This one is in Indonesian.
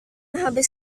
habis